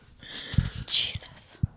Jesus